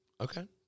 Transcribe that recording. okay